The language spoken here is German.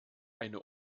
eine